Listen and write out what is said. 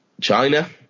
China